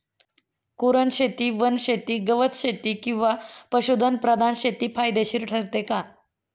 कुरणशेती, वनशेती, गवतशेती किंवा पशुधन प्रधान शेती फायदेशीर ठरते का?